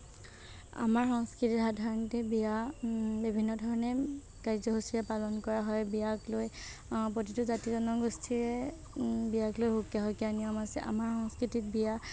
আমাৰ সংস্কৃতিত সাধাৰণতে বিয়া বিভিন্ন ধৰণে কাৰ্য্যসূচীৰে পালন কৰা হয় বিয়াকলৈ প্ৰতিটো জাতি জনগোষ্ঠীৰে বিয়াক লৈ সুকীয়া সুকীয়া নিয়ম আছে আমাৰ সংস্কৃতিত বিয়া